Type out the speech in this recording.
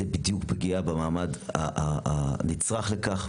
זה בדיוק פגיעה במעמד הנצרך לכך,